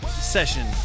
session